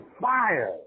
fire